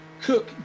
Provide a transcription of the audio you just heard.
Cook